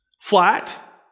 flat